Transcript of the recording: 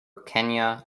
kenya